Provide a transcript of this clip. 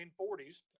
1940s